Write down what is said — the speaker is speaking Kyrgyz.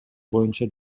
боюнча